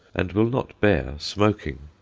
and will not bear smoking.